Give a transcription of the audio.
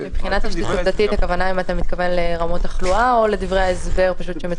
אתה מתכוון לרמות התחלואה או לדברי ההסבר?